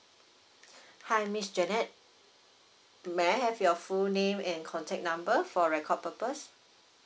hi miss janet may I have your full name and contact number for record purpose